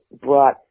brought